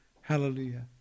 Hallelujah